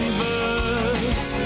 birds